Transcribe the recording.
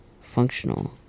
functional